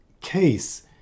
case